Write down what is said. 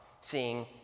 seeing